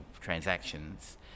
transactions